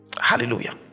Hallelujah